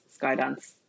Skydance